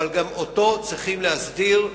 אבל גם אותו צריכים להסדיר,